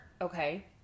Okay